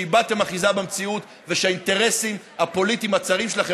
שאיבדתם אחיזה במציאות ושהאינטרסים הפוליטיים הצרים שלכם